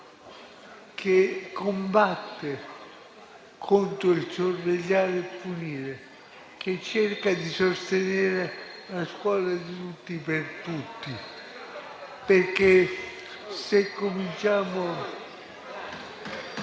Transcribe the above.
che combatte contro il sorvegliare e il punire e che cerca di sostenere la scuola di tutti per tutti, perché, se cominciamo